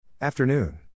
Afternoon